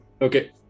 Okay